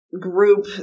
group